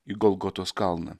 į golgotos kalną